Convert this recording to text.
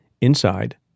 Inside